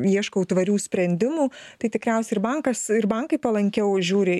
ieškau tvarių sprendimų tai tikriausiai ir bankas ir bankai palankiau žiūri